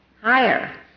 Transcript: higher